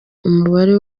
umubare